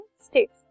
states